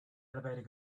elevator